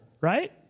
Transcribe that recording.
right